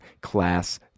class